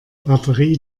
batterie